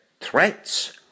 threats